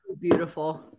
beautiful